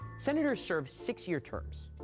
senators serve six-year terms.